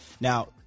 Now